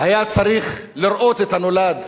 היה צריך לראות את הנולד.